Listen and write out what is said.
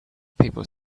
people